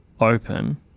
open